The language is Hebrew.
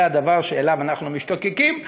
זה הדבר שאנחנו משתוקקים אליו.